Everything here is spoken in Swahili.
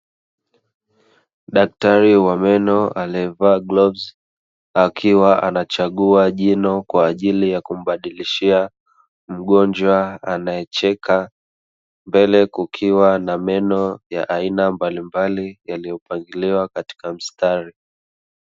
Daktari wa meno alievaa glavu akiwa anachagua jino kwaajili ya kumbadilishia mgonjwa anaecheka. Mbele kukiwa na meno ya aina mbalimbali yalioyopangiliwa katika mstari